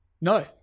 No